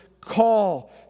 call